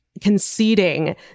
conceding